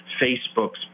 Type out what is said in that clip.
Facebook's